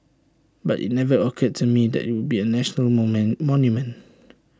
but IT never occurred to me that IT would be A national moment monument